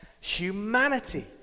Humanity